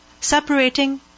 separating